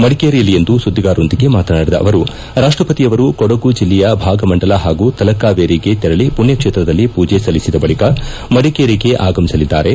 ಮಡಿಕೇರಿಯಲ್ಲಿಂದು ಸುದ್ದಿಗಾರರೊಂದಿಗೆ ಮಾತನಾಡಿದ ಅವರು ರಾಷ್ಷಪತಿಯವರು ಕೊಡಗು ಜಿಲ್ಲೆಯ ಭಾಗಮಂಡಲ ಹಾಗೂ ತಲಕಾವೇರಿಗೆ ತೆರಳಿ ಪುಣ್ಣ ಕ್ಷೇತ್ರದಲ್ಲಿ ಪೂಜೆ ಸಲ್ಲಿಸಿದ ಬಳಕ ಮಡಿಕೇರಿಗೆ ಆಗಮಿಸಲಿದ್ದಾರೆ